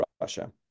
Russia